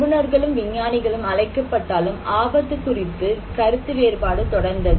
நிபுணர்களும் விஞ்ஞானிகளும் அழைக்கப்பட்டாலும் ஆபத்து குறித்து கருத்து வேறுபாடு தொடர்ந்தது